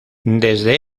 desde